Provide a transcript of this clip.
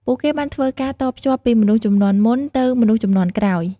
ពួកគេបានធ្វើការតភ្ជាប់ពីមនុស្សជំនាន់មុនទៅមនុស្សជំនាន់ក្រោយ។